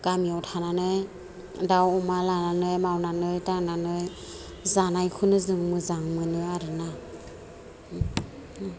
गामियाव थानानै दाउ अमा लानानै मावनानै दांनानै जानायखौनो जों मोजां मोनो आरोना